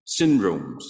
syndromes